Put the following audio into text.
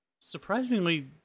surprisingly